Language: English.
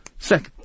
Second